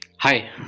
Hi